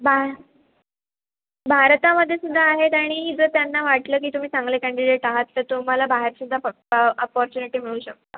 बा भारतामध्ये सुद्धा आहेत आणि जर त्यांना वाटलं की तुम्ही चांगले कँडिडेट आहात तर तुम्हाला बाहेर सुद्धा अपॉर्च्युनिटी मिळू शकता